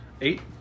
Eight